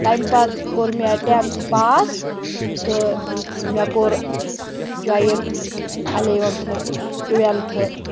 تَمہِ پَتہٕ کوٚر مےٚ ٹٮ۪نتھٕ پاس تہٕ مےٚ کوٚر جایِن اَلیوَنتھ ٹُوٮ۪لتھ